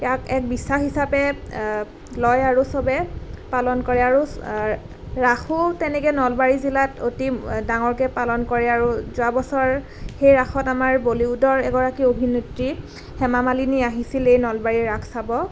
ইয়াক এক বিশ্বাস হিচাপে লয় আৰু চবেই আৰু পালন কৰে আৰু ৰাসো তেনেকৈ নলবাৰী জিলাত অতি ডাঙৰকৈ পালন কৰে আৰু যোৱা বছৰ সেই ৰাসত আমাৰ বলিউদৰ এগৰাকী অভিনেত্ৰী হেমা মালিনী আহিছিল এই নলবাৰীৰ ৰাস চাব